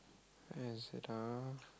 where is it ah